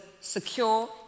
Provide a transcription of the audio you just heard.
secure